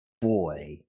boy